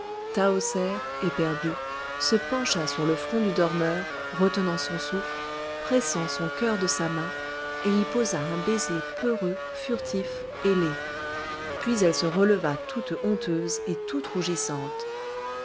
éperdue se pencha sur le front du dormeur retenant son souffle pressant son cœur de sa main et y posa un baiser peureux furtif ailé puis elle se releva toute honteuse et toute rougissante